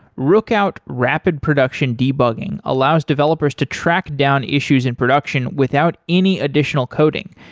rookout rapid production debugging allows developers to track down issues in production without any additional coding,